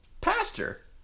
pastor